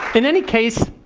in any case,